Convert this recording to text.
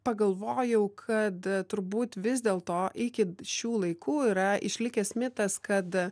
pagalvojau kad turbūt vis dėl to iki šių laikų yra išlikęs mitas kad